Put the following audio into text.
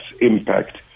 impact